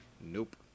Nope